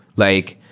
like,